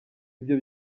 ibyo